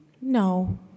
No